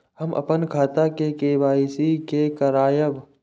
हम अपन खाता के के.वाई.सी के करायब?